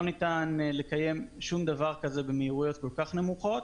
ניתן לקיים שום דבר כזה במהירויות כל כך נמוכות.